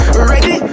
Ready